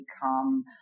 become